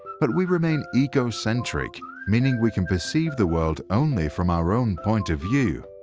but we remain egocentric meaning we can perceive the world only from our own point of view.